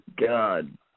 God